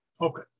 Okay